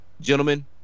Gentlemen